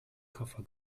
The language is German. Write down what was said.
koffer